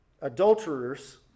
adulterers